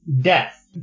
death